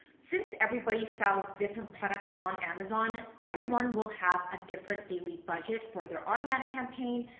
since everybody sells different products on amazon, everyone will have a different daily budget for their automatic campaign,